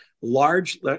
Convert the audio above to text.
large